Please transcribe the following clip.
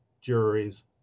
juries